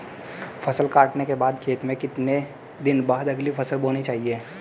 फसल काटने के बाद खेत में कितने दिन बाद अगली फसल बोनी चाहिये?